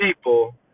people